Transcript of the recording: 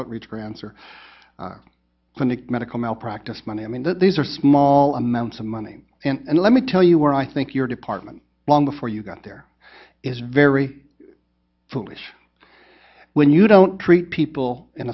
outreach grants or clinic medical malpractise money i mean that these are small amounts of money and let me tell you where i think your department long before you got there is very foolish when you don't treat people in